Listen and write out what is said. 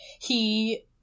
he-